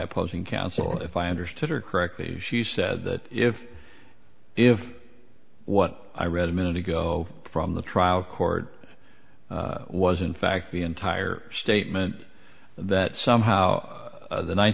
opposing counsel if i understood her correctly she said that if if what i read a minute ago from the trial court was in fact the entire statement that somehow the ninth